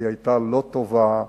והיא היתה לא טובה.